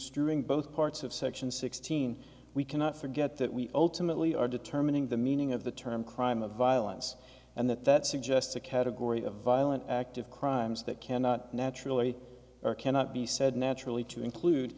considering both parts of section sixteen we cannot forget that we ultimately are determining the meaning of the term crime of violence and that that suggests a category of violent act of crimes that cannot naturally or cannot be said naturally to include